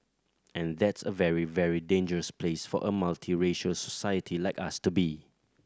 and that's a very very dangerous place for a multiracial society like us to be